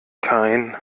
kein